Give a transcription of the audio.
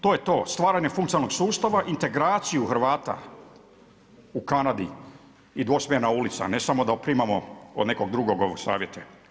To je to stvaranje funkcionalnog sustava, integraciju Hrvata u Kanadi i dvosmjerna ulica, ne samo da primamo od nekog drugog savjete.